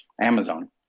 Amazon